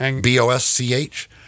B-O-S-C-H